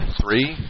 three